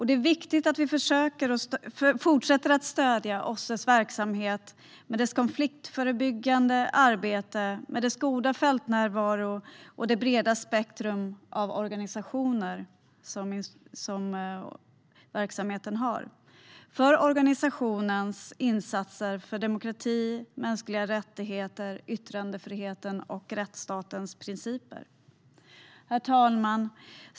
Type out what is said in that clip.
Det är viktigt att vi fortsätter att stödja OSSE:s verksamhet med dess konfliktförebyggande arbete, goda fältnärvaro och breda spektrum av institutioner. Det är viktigt för organisationens insatser för demokrati, mänskliga rättigheter, yttrandefriheten och rättsstatens principer. Herr talman!